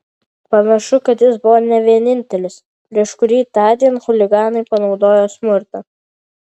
panašu kad jis buvo ne vienintelis prieš kurį tądien chuliganai panaudojo smurtą